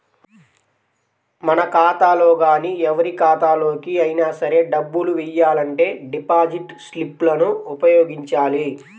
మన ఖాతాలో గానీ ఎవరి ఖాతాలోకి అయినా సరే డబ్బులు వెయ్యాలంటే డిపాజిట్ స్లిప్ లను ఉపయోగించాలి